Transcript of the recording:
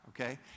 okay